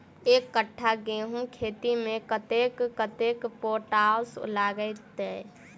एक कट्ठा गेंहूँ खेती मे कतेक कतेक पोटाश लागतै?